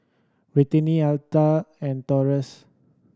Britany Altha and Taurus